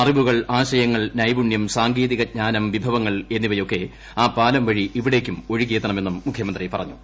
അറിവുകൾ ആശയങ്ങൾ നൈപുണ്യം സാങ്കേതികജ്ഞാനം വിഭവങ്ങൾ എന്നിവയൊക്കെ ആ പാലം വഴി ഇവിടേക്കും ഒഴുകിയെത്തണമെന്നും മുഖ്യമന്ത്രി പറഞ്ഞു